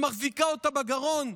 שמחזיקה אותה בגרון,